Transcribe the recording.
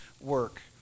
work